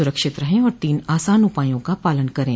सुरक्षित रहें और तीन आसान उपायों का पालन करें